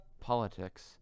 politics